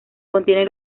contiene